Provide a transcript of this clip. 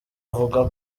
avuga